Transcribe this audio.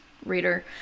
reader